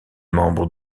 membre